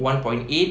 one point eight